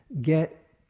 get